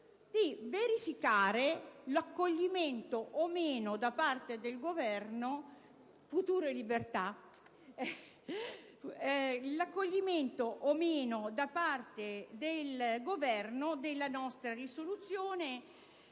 di verificare l'accoglimento o meno da parte del Governo della nostra risoluzione.